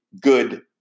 good